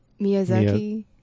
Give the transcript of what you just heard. Miyazaki